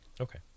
Okay